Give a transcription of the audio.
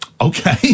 Okay